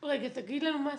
רגע, תגיד לנו מה הסטטוס?